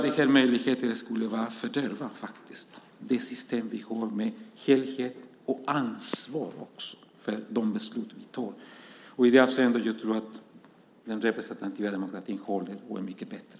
Den möjligheten skulle fördärva det system vi har med helhet och ansvar för de beslut vi fattar. I det avseendet tror jag att den representativa demokratin håller och är mycket bättre.